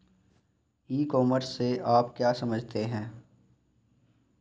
ई commerce से आप क्या समझते हैं?